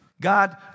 God